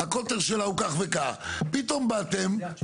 מהצד השני יש יזם, מארגן, ב"כ דיירים.